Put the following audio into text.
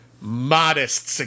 modest